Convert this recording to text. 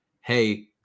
hey